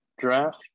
draft